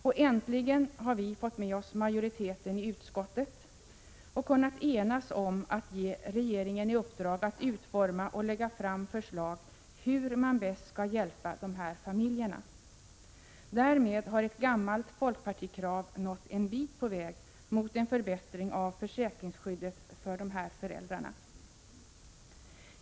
Och äntligen har vi fått med oss majoriteten i utskottet och kunnat enas om att ge regeringen i uppdrag att utforma och lägga fram förslag om hur man bäst skall hjälpa dessa familjer. Därmed har ett gammalt folkpartikrav nått en bit på väg mot en förbättring av försäkringsskyddet för dessa föräldrar.